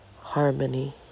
harmony